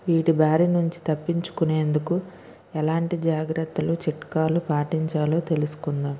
వీటి బారి నుంచి తప్పించుకునేందుకు ఎలాంటి జాగ్రత్తలు చిట్కాలు పాటించాలో తెలుసుకుందాం